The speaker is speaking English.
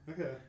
Okay